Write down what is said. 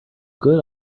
good